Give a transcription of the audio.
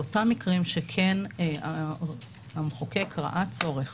באותם מקרים שהמחוקק כן ראה צורך